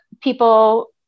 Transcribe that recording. People